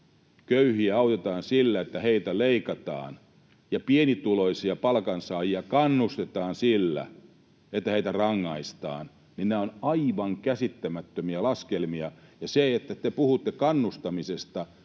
köyhiä autetaan sillä, että heiltä leikataan, ja pienituloisia palkansaajia kannustetaan sillä, että heitä rangaistaan. Nämä ovat aivan käsittämättömiä laskelmia. Ja te puhutte kannustamisesta.